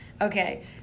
Okay